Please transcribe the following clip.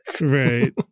Right